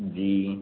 जी